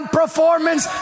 performance